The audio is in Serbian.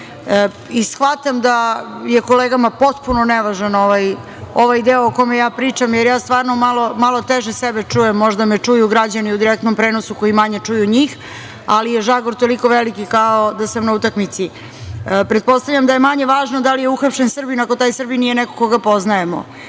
da je kolegama potpuno nevažan ovaj deo o kome ja pričam, jer ja stvarno malo teže sebe čujem, možda me čuju građani u direktnom prenosu koji manje čuju njih, ali je žagor toliko veliki, kao da sam na utakmici. Pretpostavljam da je manje važno da li je uhapšen Srbin ako taj Srbin nije neko koga poznajemo.